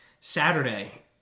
Saturday